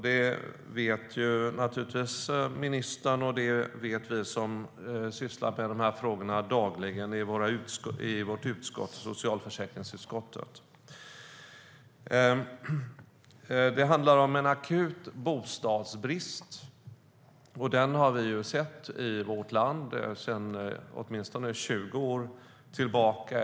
Det vet naturligtvis ministern, och det vet vi som sysslar med de här frågorna dagligen i vårt utskott, socialförsäkringsutskottet. Det handlar om en akut bostadsbrist. Den har vi sett i vårt land sedan åtminstone 20 år tillbaka.